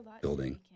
building